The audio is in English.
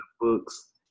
books